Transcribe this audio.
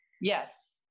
Yes